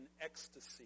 Ecstasy